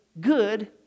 good